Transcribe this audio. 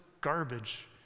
garbage